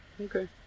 Okay